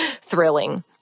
thrilling